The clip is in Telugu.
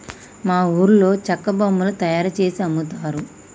మా ఊర్లో చెక్క బొమ్మలు తయారుజేసి అమ్ముతారు